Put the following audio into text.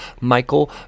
Michael